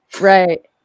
Right